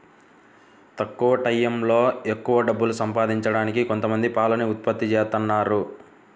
తక్కువ టైయ్యంలో ఎక్కవ డబ్బులు సంపాదించడానికి కొంతమంది పాలని ఉత్పత్తి జేత్తన్నారు